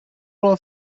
royal